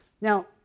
Now